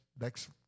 next